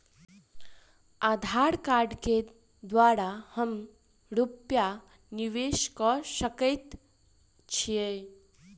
आधार कार्ड केँ द्वारा हम रूपया निवेश कऽ सकैत छीयै?